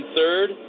third